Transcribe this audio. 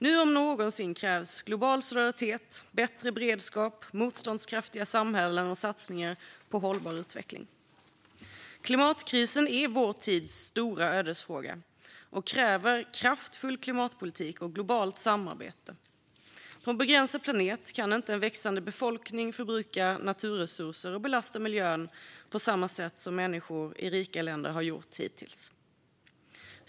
Nu om någonsin krävs global solidaritet, bättre beredskap, motståndskraftiga samhällen och satsningar på hållbar utveckling. Klimatkrisen är vår tids stora ödesfråga och kräver en kraftfull klimatpolitik och globalt samarbete. På en begränsad planet kan en växande befolkning inte förbruka naturresurser och belasta miljön på samma sätt som människor i rika länder har gjort hittills.